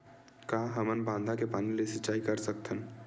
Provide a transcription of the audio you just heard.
का हमन बांधा के पानी ले सिंचाई कर सकथन?